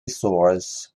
source